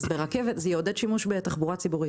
אז ברכבת זה יעודד שימוש בתחבורה ציבורית,